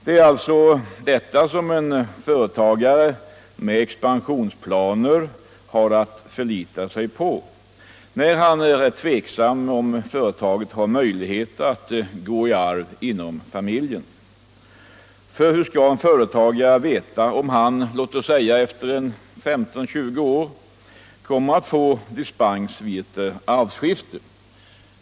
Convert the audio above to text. Det är alltså detta som en företagare med expansionsplaner har att förlita sig på, när han är tveksam om företaget har möjlighet att gå i 29 arv inom familjen. För hur skall en företagare veta om han, låt oss säga efter 15-20 år, kommer att få dispens vid ett arvskifte?